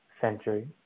century